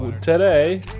Today